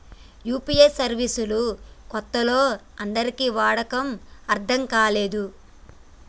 UPI service లు కొత్తలో అందరికీ వాడటం అర్థం కాలేదు